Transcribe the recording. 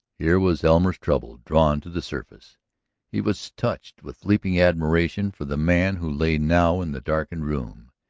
here was elmer's trouble drawn to the surface he was touched with leaping admiration for the man who lay now in the darkened room,